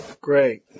Great